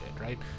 right